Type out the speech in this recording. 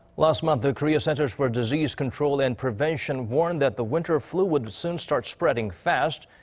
last month the korea centers for disease control and prevention warned that the winter flu would soon start spreading fast.